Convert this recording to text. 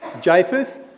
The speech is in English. Japheth